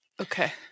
Okay